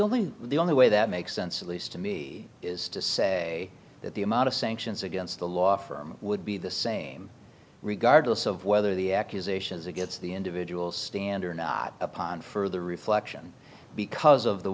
only the only way that makes sense at least to me is to say that the amount of sanctions against the law firm would be the same regardless of whether the accusations against the individual stander not upon further reflection because of the